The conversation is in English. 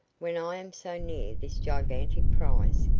when i am so near this gigantic prize.